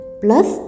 plus